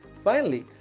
finally,